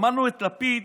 שמענו את לפיד